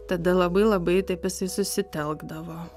tada labai labai taip jisai susitelkdavo